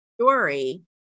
story